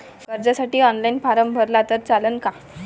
कर्जसाठी online form भरला तर चालन का?